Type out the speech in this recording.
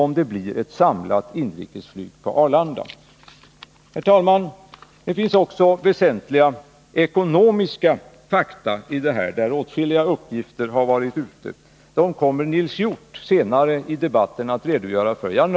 Herr talman! Det finns också väsentliga ekonomiska fakta att anföra i det här sammanhanget. Åtskilliga uppgifter har redan kommit ut. Nils Hjorth kommer senare i debatten att redogöra för dessa fakta.